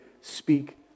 speak